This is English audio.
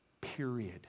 Period